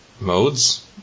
modes